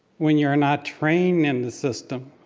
when you're not trained in the system,